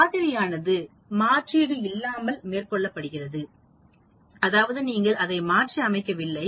மாதிரியானது மாற்றீடு இல்லாமல் மேற்கொள்ளப்படுகிறது அதாவது நீங்கள் அதை மாற்றி அமைக்க வில்லை